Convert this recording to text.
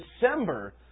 December